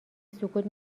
سکوت